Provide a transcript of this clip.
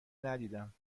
ندیدم